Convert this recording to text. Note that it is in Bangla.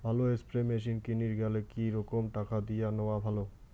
ভালো স্প্রে মেশিন কিনির গেলে কি রকম টাকা দিয়া নেওয়া ভালো?